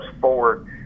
forward